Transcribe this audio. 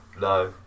No